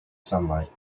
sunlight